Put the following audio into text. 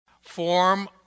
form